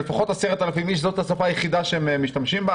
היחידה שלפחות 10,000 איש משתמשים בה.